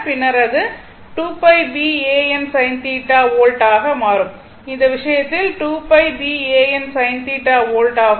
பின்னர் அது 2 π B a n sin θ volt ஆக மாறும் இந்த விஷயத்தில் இது 2 π B A N sin θ volt ஆகும்